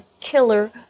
killer